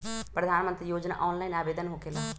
प्रधानमंत्री योजना ऑनलाइन आवेदन होकेला?